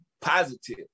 positive